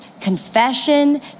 confession